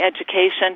education